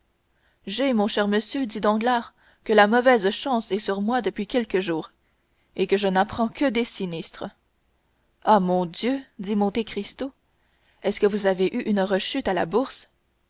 j'ai mon cher monsieur dit danglars que la mauvaise chance est sur moi depuis plusieurs jours et que je n'apprends que des sinistres ah mon dieu dit monte cristo est-ce que vous avez eu une rechute à la bourse